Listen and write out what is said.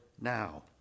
now